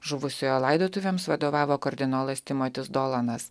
žuvusiojo laidotuvėms vadovavo kardinolas timotis dolanas